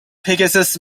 pegasus